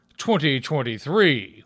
2023